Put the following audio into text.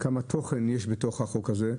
תוכן יש בתוך החוק הזה,